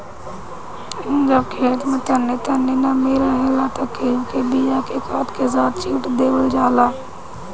जब खेत में तनी तनी नमी रहेला त गेहू के बिया के खाद के साथ छिट देवल जाला